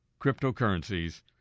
cryptocurrencies